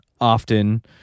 often